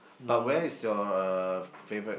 but where is your uh favourite